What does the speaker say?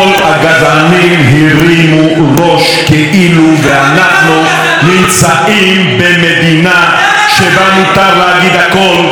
כל הגזענים הרימו ראש כאילו שאנחנו נמצאים במדינה שבה מותר להגיד הכול,